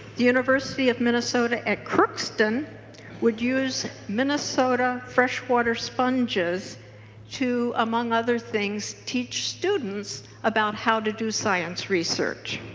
the university of minnesota at crookston would use minnesota freshwater sponges to among other things teach students about how to do science research.